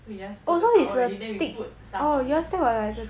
so we just put towel already then we put stuff on it